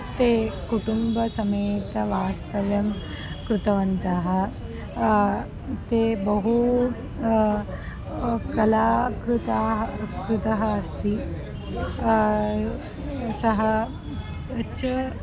ते कुटुम्बसमेतं वास्तव्यं कृतवन्तः ते बहु कलाकृतः कृतः अस्ति सः च